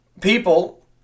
People